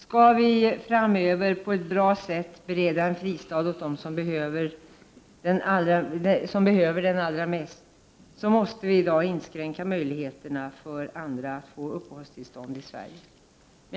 Skall vi framöver på ett bra sätt bereda en fristad åt dem som behöver den allra mest, måste vi i dag inskränka möjligheterna för andra att få uppehållstillstånd i Sverige.